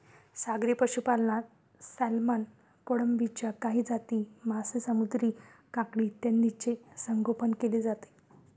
सागरी पशुपालनात सॅल्मन, कोळंबीच्या काही जाती, मासे, समुद्री काकडी इत्यादींचे संगोपन केले जाते